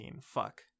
Fuck